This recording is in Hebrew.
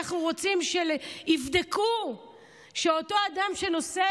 אנחנו רוצים שיבדקו שאותו אדם שנושא